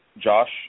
Josh